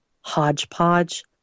hodgepodge